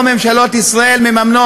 וראש הממשלה הוא ראש הממשלה שלי.